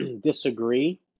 disagree